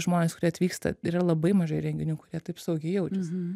žmonės kurie atvyksta yra labai mažai renginių kurie taip saugiai jaučiasi